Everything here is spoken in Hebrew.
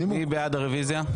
מי בעד הרוויזיה?